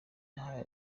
bahawe